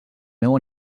meu